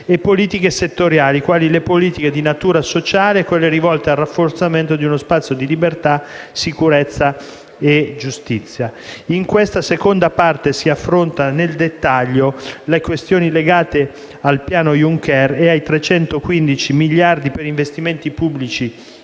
e politiche settoriali, quali le politiche di natura sociale e quelle rivolte al rafforzato di uno spazio di libertà, sicurezza e giustizia. In questa seconda parte si affrontano nel dettaglio le questioni legate al piano Juncker e ai 315 miliardi per investimenti pubblici